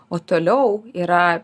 o toliau yra